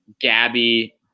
Gabby